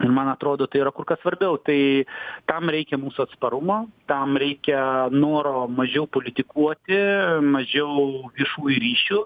man atrodo tai yra kur kas svarbiau tai tam reikia mūsų atsparumo tam reikia noro mažiau politikuoti mažiau viešųjų ryšių